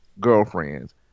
girlfriends